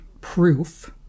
proof